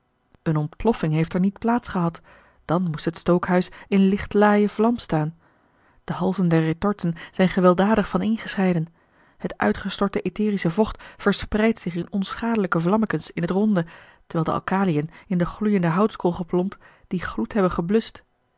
eene ontploffing heeft er niet plaats gehad dan moest het stookhuis in lichte laaie vlam staan de halzen der retorten zijn gewelddadig vaneengescheiden het uitgestorte etherische vocht verspreidt zich in onschadelijke vlammekens in t ronde terwijl de alcaliën in de gloeiende houtskool geplompt dien gloed hebben gebluscht